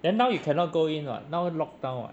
then now you cannot go in [what] now lockdown [what]